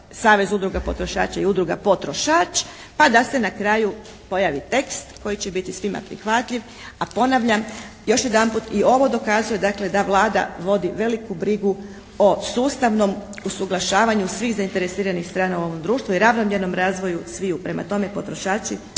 savezu udruga potrošača i udruga potrošač pa da se na kraju pojavi tekst koji će biti svima prihvatljiv, a ponavljam još jedanput i ovo dokazuje dakle da Vlada vodi veliku brigu o sustavnom usuglašavanju svih zainteresiranih strana u ovom društvu i ravnomjernom razvoju sviju. Prema tome, potrošači